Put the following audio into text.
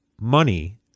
money